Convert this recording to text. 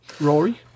Rory